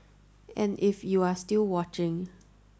and if you're still watching